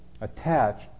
attached